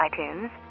iTunes